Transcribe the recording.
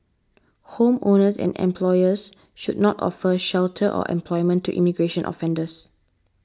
homeowners and employers should not offer shelter or employment to immigration offenders